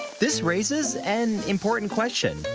this raises an important question.